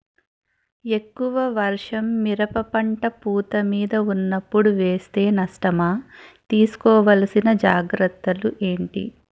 ఎక్కువ వర్షం మిరప పంట పూత మీద వున్నపుడు వేస్తే నష్టమా? తీస్కో వలసిన జాగ్రత్తలు ఏంటి?